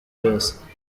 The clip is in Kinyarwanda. wese